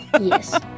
Yes